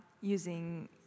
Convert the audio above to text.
using